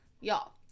Y'all